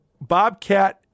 Bobcat